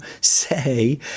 say